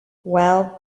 well